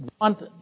want